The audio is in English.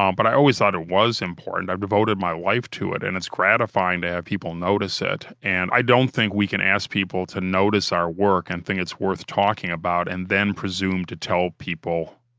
um but i always thought it was important. i've devoted my life to it and it's gratifying to have people notice it. and i don't think we can ask people to notice our work and think it's worth talking about, and then presume to tell people,